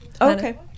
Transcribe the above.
okay